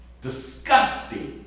Disgusting